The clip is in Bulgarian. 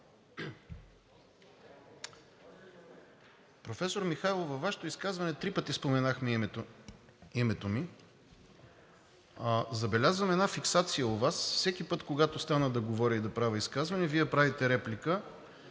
Професор Михайлов, във Вашето изказване три пъти споменахте името ми. Забелязвам една фиксация у Вас – всеки път, когато стана да говоря и да правя изказване, Вие правите реплика.